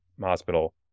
hospital